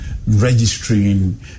registering